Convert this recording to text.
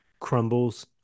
crumbles